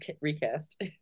recast